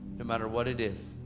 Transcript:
no matter what it is.